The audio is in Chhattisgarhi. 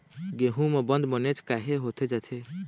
गेहूं म बंद बनेच काहे होथे जाथे?